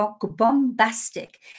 bombastic